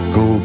go